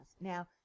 Now